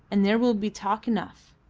and there will be talk enough.